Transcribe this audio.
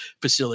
facility